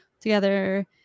together